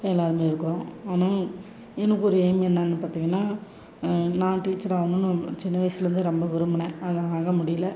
எல்லோருமே இருக்கோம் ஆனால் எனக்கு ஒரு எய்ம் என்னன்னு பார்த்திங்கன்னா நான் டீச்சர் ஆகணும்னு சின்ன வயசுலேருந்தே ரொம்ப விரும்பினேன் அது ஆக முடியல